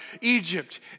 Egypt